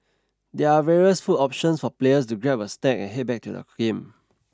there are various food options for players to grab a snack and head back to the game